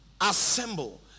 assemble